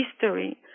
history